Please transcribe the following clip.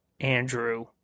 Andrew